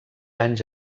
anys